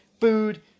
food